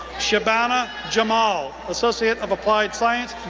shabana jamal, associate of applied science,